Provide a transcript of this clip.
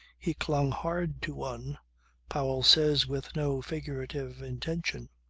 he clung hard to one powell says, with no figurative intention.